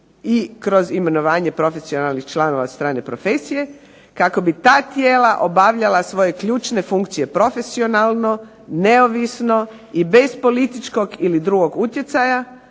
i kroz imenovanje profesionalnih članova od strane profesije, kako bi ta tijela obavljala svoje ključne funkcije profesionalno, neovisno, i bez političkog ili drugog utjecaja,